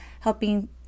helping